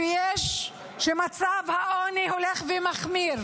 כשמצב העוני הולך ומחמיר